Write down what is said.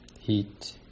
heat